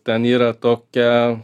ten yra tokia